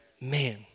Man